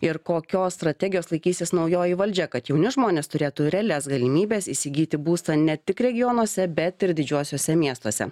ir kokios strategijos laikysis naujoji valdžia kad jauni žmonės turėtų realias galimybes įsigyti būstą ne tik regionuose bet ir didžiuosiuose miestuose